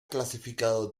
clasificado